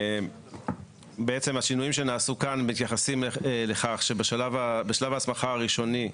בעצם השינויים שנעשו כאן מתייחסים לכך שבשלב ההסמכה הראשוני,